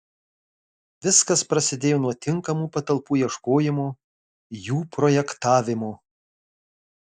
viskas prasidėjo nuo tinkamų patalpų ieškojimo jų projektavimo